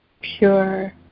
pure